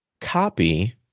copy